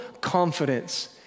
confidence